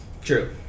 true